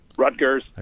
Rutgers